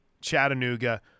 Chattanooga